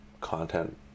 content